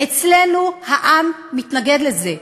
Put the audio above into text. אצלנו העם מתנגד לזה.